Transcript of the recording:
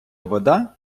вода